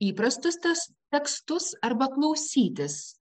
įprastus tes tekstus arba klausytis